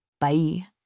Bye